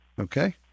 Okay